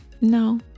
No